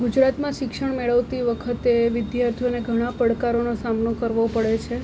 ગુજરાતમાં શિક્ષણ મેળવતી વખતે વિદ્યાર્થીઓને ઘણા પડકારોનો સામનો કરવો પડે છે